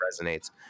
resonates